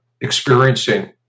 experiencing